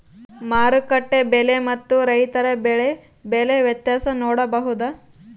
ಮಾರುಕಟ್ಟೆ ಬೆಲೆ ಮತ್ತು ರೈತರ ಬೆಳೆ ಬೆಲೆ ವ್ಯತ್ಯಾಸ ನೋಡಬಹುದಾ?